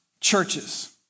churches